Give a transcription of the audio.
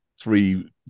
three